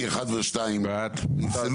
כי 1 ו-2 נפסלו.